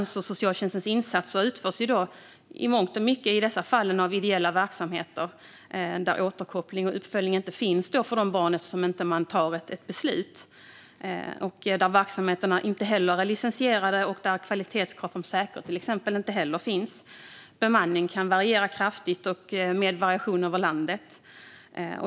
Socialtjänstens insatser utförs i dessa fall i mångt och mycket av ideella verksamheter, där återkoppling och uppföljning när det gäller barnen inte finns eftersom man inte har tagit ett beslut. Verksamheterna är inte licensierade, och det finns inga kvalitetskrav gällande säkerhet. Bemanningen kan variera kraftigt med variation över landet.